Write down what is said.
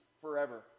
forever